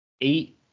eight